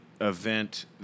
event